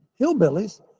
hillbillies